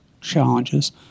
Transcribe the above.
challenges